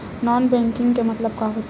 Non banking के मतलब का होथे?